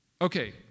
Okay